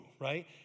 Right